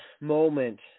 moment